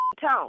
tone